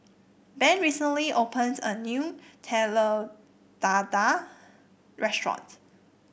Ben recently opened a new Telur Dadah Restaurant